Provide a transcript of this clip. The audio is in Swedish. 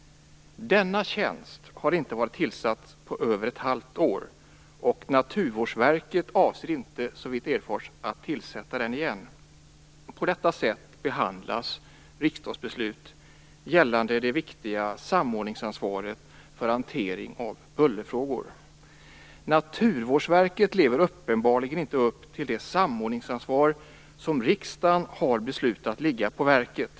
Denna tjänst har inte varit tillsatt på över ett halvt år. Naturvårdsverket avser inte heller, såvitt erfars, att tillsätta den igen. På detta sätt behandlas riksdagsbeslut gällande det viktiga samordningsansvaret för hantering av bullerfrågor. Naturvårdsverket lever uppenbarligen inte upp till det samordningsansvar som riksdagen har beslutat skall ligga på verket.